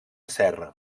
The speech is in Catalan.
serra